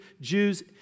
Jews